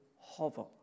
hover